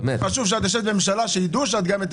ויש מספר שיא של נהגים צעירים שגם הם מעורבים בתאונות.